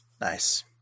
Nice